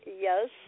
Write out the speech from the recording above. yes